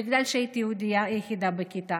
בגלל שהייתי היהודייה היחידה בכיתה.